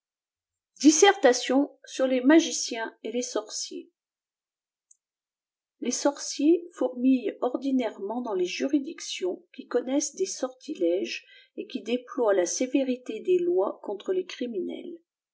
duiêtion sur les magiciens et les sorciers t les sorciers fourmillent ordinairement dans leç juridictions qui connaissent des sortilèges et qui déployent la iévérité des lots contre les criminels